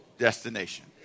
Destination